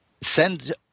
send